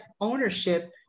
ownership